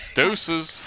deuces